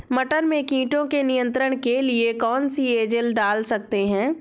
मटर में कीटों के नियंत्रण के लिए कौन सी एजल डाल सकते हैं?